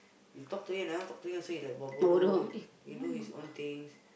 you talk to him never talk to him he also like buat bodoh he do his own things